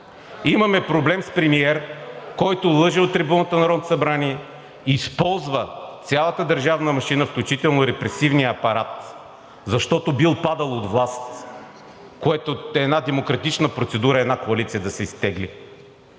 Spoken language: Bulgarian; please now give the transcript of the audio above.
Имаме проблем с премиер, който лъже от трибуната на Народното събрание, използва цялата държавна машина, включително и репресивния апарат, защото бил падал от власт, което е една демократична процедура – една коалиция да се изтегли.